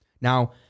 Now